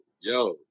yo